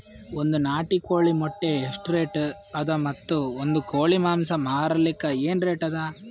ಒಂದ್ ನಾಟಿ ಕೋಳಿ ಮೊಟ್ಟೆ ಎಷ್ಟ ರೇಟ್ ಅದ ಮತ್ತು ಒಂದ್ ಕೋಳಿ ಮಾಂಸ ಮಾರಲಿಕ ಏನ ರೇಟ್ ಅದ?